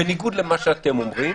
בניגוד למה שאתם אומרים,